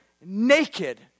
naked